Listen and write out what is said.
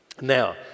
Now